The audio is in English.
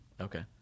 okay